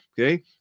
Okay